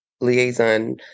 liaison